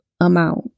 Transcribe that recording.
amount